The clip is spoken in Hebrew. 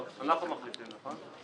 אנחנו מחליטים, נכון?